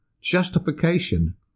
justification